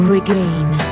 Regain